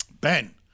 Ben